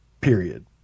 period